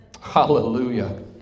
Hallelujah